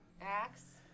axe